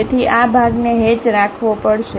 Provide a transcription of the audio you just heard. તેથી આ ભાગને હેચ રાખવો પડશે